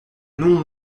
nom